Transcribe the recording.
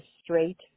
straight